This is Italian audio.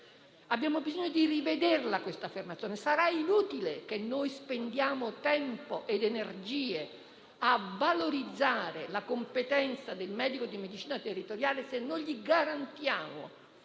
Abbiamo bisogno di rivedere questa formazione. Sarà inutile spendere tempo ed energie a valorizzare la competenza del medico di medicina territoriale, se non gli garantiamo